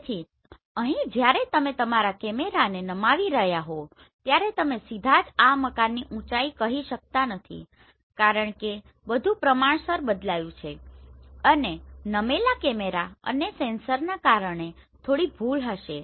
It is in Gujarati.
તેથી અહીં જ્યારે તમે તમારા કેમેરાને નમાવી રહ્યા હોવ ત્યારે તમે સીધા જ આ મકાનની ઊચાઈ કહી શકતા નથી કારણ કે બધું પ્રમાણસર બદલાયું છે અને નમેલા કેમેરા અને સેન્સરના કારણે થોડી ભૂલ હશે